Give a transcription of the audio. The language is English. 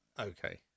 Okay